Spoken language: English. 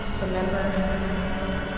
Remember